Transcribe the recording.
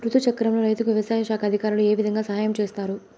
రుతు చక్రంలో రైతుకు వ్యవసాయ శాఖ అధికారులు ఏ విధంగా సహాయం చేస్తారు?